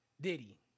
Diddy